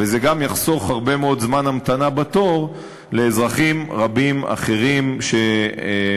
וזה גם יחסוך הרבה מאוד זמן המתנה בתור לאזרחים רבים אחרים שממתינים